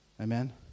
Amen